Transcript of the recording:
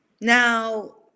Now